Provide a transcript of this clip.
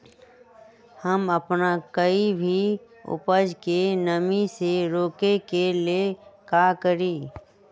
हम अपना कोई भी उपज के नमी से रोके के ले का करी?